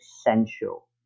essential